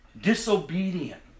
disobedient